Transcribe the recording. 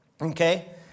Okay